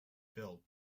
filled